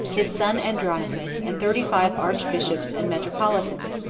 his son andronicus, and thirty-five archbishops and metropolitans,